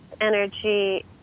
energy